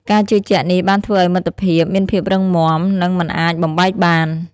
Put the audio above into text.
ការជឿជាក់នេះបានធ្វើឱ្យមិត្តភាពមានភាពរឹងមាំនិងមិនអាចបំបែកបាន។